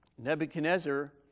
Nebuchadnezzar